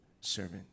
servant